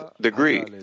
degree